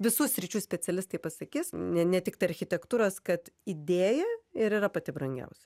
visų sričių specialistai pasakys ne ne tik tai architektūros kad idėja ir yra pati brangiausia